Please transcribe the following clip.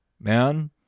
man